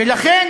ולכן